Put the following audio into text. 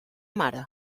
mare